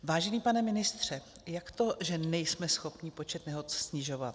Vážený pane ministře, jak to, že nejsme schopni počet nehod snižovat?